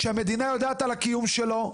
כשהמדינה יודעת על הקיום שלו,